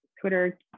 Twitter